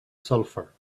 sulfur